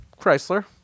Chrysler